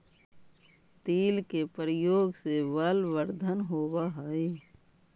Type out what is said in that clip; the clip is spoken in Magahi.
तिल के प्रयोग से बलवर्धन होवअ हई